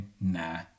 nah